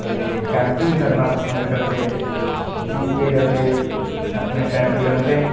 ते कैंपिंग करना पसंद करदे जी केह् करदे अपने टैंट लेयोंदे